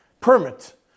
permit